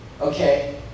Okay